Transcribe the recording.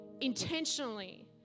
intentionally